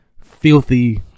filthy